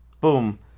Boom